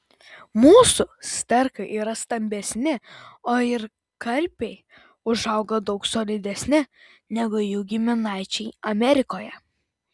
mūsų sterkai yra stambesni o ir karpiai užauga daug solidesni negu jų giminaičiai amerikoje